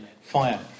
fire